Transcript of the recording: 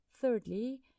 Thirdly